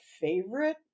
favorite